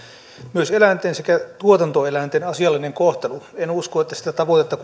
myös eläinten sekä tuotantoeläinten asiallinen kohtelu en usko että sitä tavoitetta